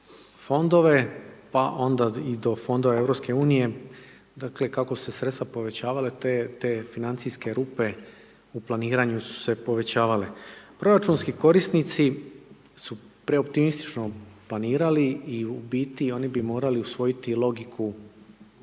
fondove, pa i onda i do fondova EU, dakle, kako su se sredstva povećavale, te financijske rupe, u planiranju su se povećavali. Proračunski korisnici su preoptimistično planirali i u biti oni bi morali usvojiti logiku